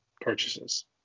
purchases